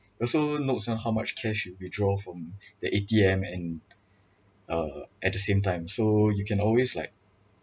also notes down how much cash you withdraw from the A_T_M and uh at the same time so you can always like